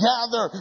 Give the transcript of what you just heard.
Gather